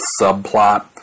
subplot